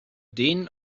den